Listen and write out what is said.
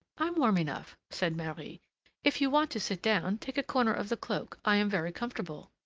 i'm warm enough, said marie if you want to sit down, take a corner of the cloak i am very comfortable.